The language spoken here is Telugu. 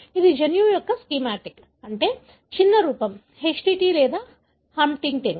ఇది జన్యువు యొక్క స్కీమాటిక్ అంటే చిన్న రూపం Htt లేదా హంటింగ్టన్